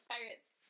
Pirates